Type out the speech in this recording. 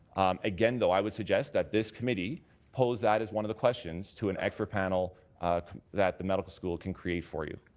again, though, i would suggest that this committee pose that as one of the questions to an expert panel that the medical school can create for you.